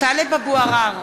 טלב אבו עראר,